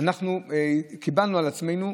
אנחנו קיבלנו על עצמנו,